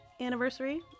anniversary